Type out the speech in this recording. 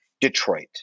Detroit